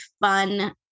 fun